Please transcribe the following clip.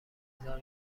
هزار